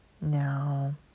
No